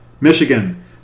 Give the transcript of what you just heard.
Michigan